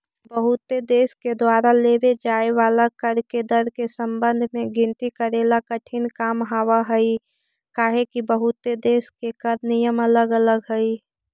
बहुते देश के द्वारा लेव जाए वाला कर के दर के संबंध में गिनती करेला कठिन काम हावहई काहेकि बहुते देश के कर नियम अलग अलग हई